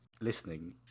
listening